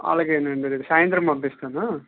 అలాగేనండి నేను సాయంత్రం పంపిస్తాను